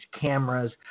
cameras